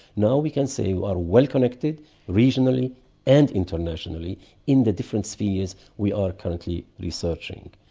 now we can say we are well connected regionally and internationally in the different spheres we are currently researching.